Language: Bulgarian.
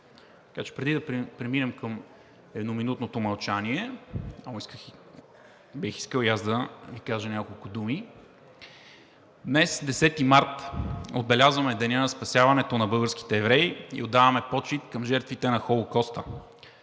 Преди да преминем към едноминутното мълчание, бих искал и аз да Ви кажа няколко думи. Днес, 10 март 2022 г., отбелязваме Деня на спасяването на българските евреи и отдаваме почит към жертвите на Холокоста.